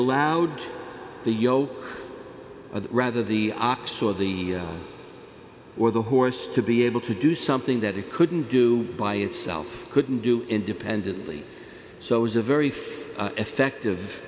allowed the yoke of rather the ox or the or the horse to be able to do something that it couldn't do by itself couldn't do independently so it was a very effective